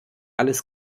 alles